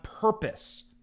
purpose